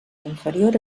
inferior